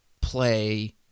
play